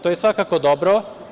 To je svakako dobro.